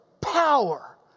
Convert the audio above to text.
power